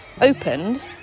opened